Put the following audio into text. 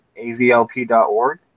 azlp.org